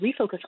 refocus